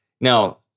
Now